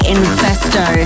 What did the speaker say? Infesto